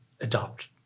adopt